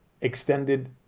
extended